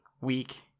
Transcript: week